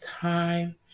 time